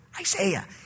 isaiah